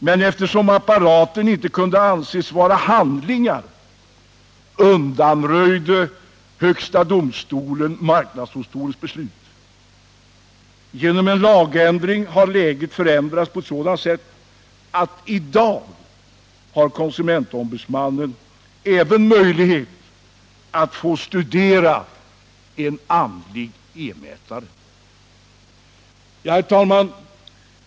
Men eftersom apparaten inte kunde anses vara handlingar undanröjde högsta domstolen marknadsdomstolens beslut. Genom en lagändring har läget förändrats på ett sådant sätt att konsumentombudsmannen i dag har möjlighet att även se på en E mätare. Herr talman!